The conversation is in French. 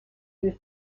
lui